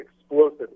explosive